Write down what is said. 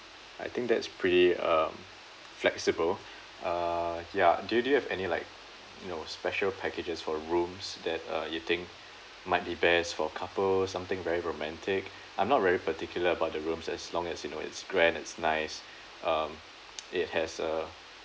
I think that's pretty uh flexible uh ya do you do you have any like you know special packages for rooms that uh you think might be best for couple something very romantic I'm not very particular about the rooms as long as you know it's grand it's nice um it has a